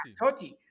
Totti